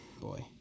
Boy